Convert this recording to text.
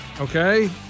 okay